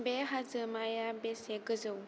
बे हाजोमाया बेसे गोजौ